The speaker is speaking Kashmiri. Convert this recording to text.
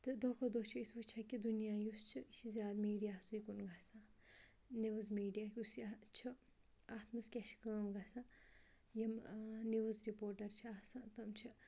تہٕ دۄہ کھۄتہٕ دۄہ چھِ أسۍ وٕچھان کہِ دُنیا یُس چھِ یہِ چھِ زیادٕ میٖڈیاہَسٕے کُن گژھان نِوٕز میٖڈیا یُس یہِ چھُ اَتھ منٛز کیٛاہ چھِ کٲم گژھان یِم نِوٕز رِپوٹَر چھِ آسان تِم چھِ